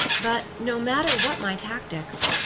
but no matter what my tactics,